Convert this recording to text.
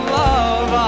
love